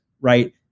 Right